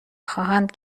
خواهند